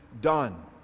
done